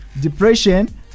depression